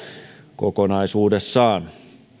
kokonaisuudessaan